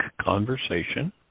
conversation